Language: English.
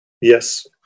Yes